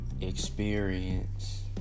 experience